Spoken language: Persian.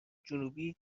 جنوبی